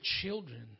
children